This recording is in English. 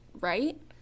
right